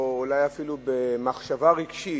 או אולי אפילו במחשבה רגשית,